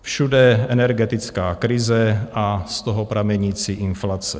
Všude energetická krize a z toho pramenící inflace.